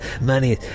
money